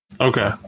Okay